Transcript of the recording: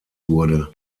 wurde